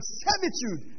servitude